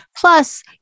Plus